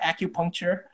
acupuncture